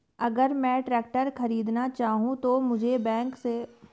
अगर मैं ट्रैक्टर खरीदना चाहूं तो मुझे बैंक से ऋण मिल सकता है?